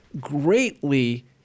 greatly